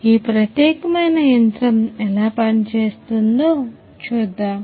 ఈ ప్రత్యేకమైన యంత్రం ఎలా పనిచేస్తుందో చూద్దాం